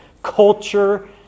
culture